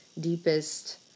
deepest